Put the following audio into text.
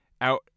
out